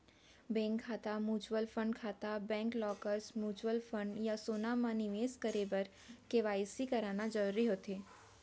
bank खाता, mutual fund खाता, bank lockers, mutual fund या सोना म निवेस करे बर के.वाई.सी कराना जरूरी होथे